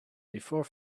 before